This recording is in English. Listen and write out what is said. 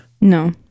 No